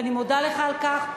ואני מודה לך על כך,